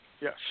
Yes